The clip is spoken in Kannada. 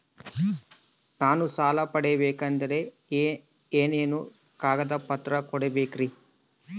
ನಾನು ಸಾಲ ಪಡಕೋಬೇಕಂದರೆ ಏನೇನು ಕಾಗದ ಪತ್ರ ಕೋಡಬೇಕ್ರಿ?